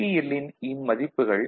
L ன் இம்மதிப்புகள் 0